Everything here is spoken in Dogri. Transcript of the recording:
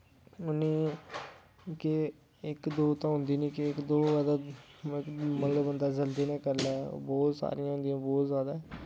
उनें केह् इक दो तां होंदी निं के इक दो होऐ तां मतलव बंदा जल्दी नें करी लै बौह्त सारियां होंदियां न बौह्त जैदा